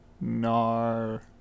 nar